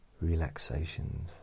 relaxation